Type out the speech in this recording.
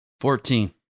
Fourteen